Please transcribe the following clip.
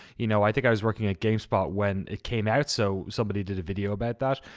you know, i think i was working at gamestop when it came out so somebody did a video about that.